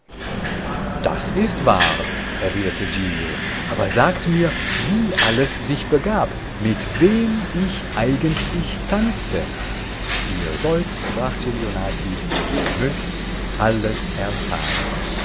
das ist wahr erwiderte giglio aber sagt mir wie alles sich begab mit wem ich eigentlich tanzte ihr sollt sprach celionati ihr müßt alles erfahren